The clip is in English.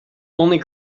only